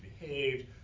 behaved